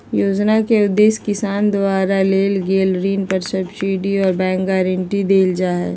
योजना के उदेश्य किसान द्वारा लेल गेल ऋण पर सब्सिडी आर बैंक गारंटी देल जा हई